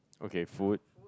okay food